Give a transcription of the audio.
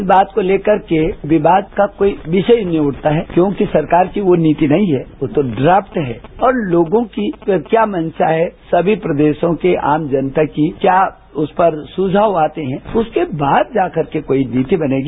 इस बात को लेकर के विवाद का कोई विषय नहीं उठता है क्योंकि सरकार वो नीति नही है और वो तो ड्राफ्ट है और लोगों की क्या मंशा है सभी प्रदेशों के आम जनता की क्या उस पर सुझाव आते हैं उसके बाद जा करके कोई नीति बनेगी